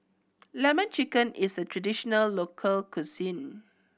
Lemon Chicken is a traditional local cuisine